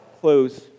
close